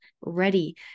ready